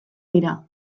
dira